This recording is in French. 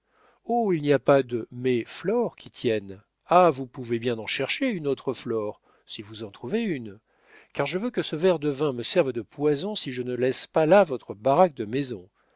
il n'y a pas de mais flore qui tienne ah vous pouvez bien en chercher une autre flore si vous trouvez une car je veux que ce verre de vin me serve de poison si je ne laisse pas là votre baraque de maison